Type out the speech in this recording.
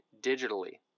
digitally